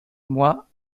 moi